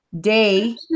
day